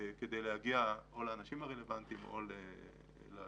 כדי להגיע לכל האנשים הרלוונטיים ולארגונים